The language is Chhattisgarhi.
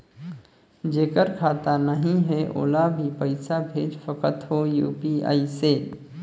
जेकर खाता नहीं है ओला भी पइसा भेज सकत हो यू.पी.आई से?